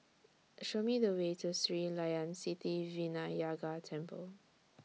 Show Me The Way to Sri Layan Sithi Vinayagar Temple